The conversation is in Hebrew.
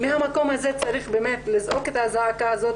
מהמקום הזה צריך באמת לזעוק את הזעקה הזאת